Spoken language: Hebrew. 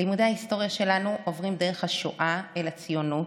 לימודי ההיסטוריה שלנו עוברים דרך השואה אל הציונות.